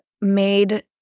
made